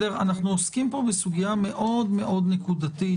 אנחנו עוסקים פה בסוגיה מאוד מאוד נקודתית